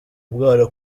umwana